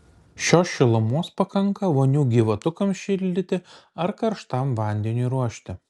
šios šilumos pakanka vonių gyvatukams šildyti ar karštam vandeniui ruošti